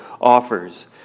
offers